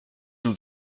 nous